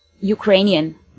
Ukrainian